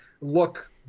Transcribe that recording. look